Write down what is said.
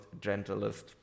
gentlest